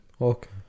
okay